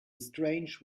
strange